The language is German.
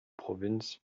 provinz